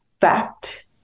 fact